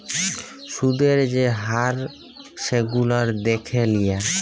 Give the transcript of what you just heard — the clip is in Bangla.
সুদের যে হার সেগুলান দ্যাখে লিয়া